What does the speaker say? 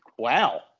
Wow